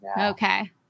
Okay